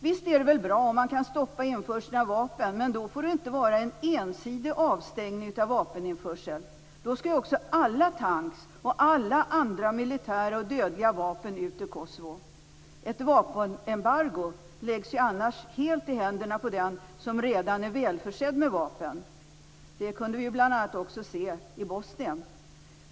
Visst är det väl bra om man stoppa införseln av vapen, men då får det inte vara en ensidig avstängning av vapeninförsel. Då skall ju också alla tanks och alla andra militära och dödliga vapen ut ur Kosovo. Ett vapenembargo läggs ju annars helt i händerna på den som redan är välförsedd med vapen. Det kunde vi se också i bl.a. Bosnien.